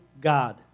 God